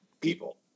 people